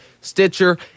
Stitcher